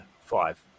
five